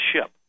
ship